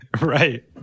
Right